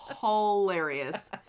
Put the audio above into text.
Hilarious